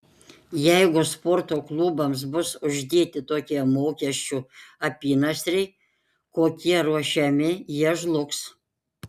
jeigu sporto klubams bus uždėti tokie mokesčių apynasriai kokie ruošiami jie žlugs